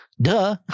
Duh